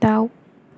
दाउ